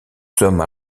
sommes